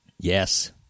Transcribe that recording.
yes